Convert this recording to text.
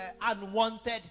unwanted